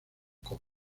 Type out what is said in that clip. como